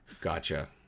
Gotcha